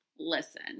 listen